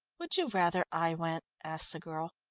would you rather i went? asked the girl.